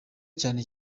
cyane